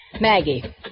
Maggie